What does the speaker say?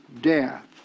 death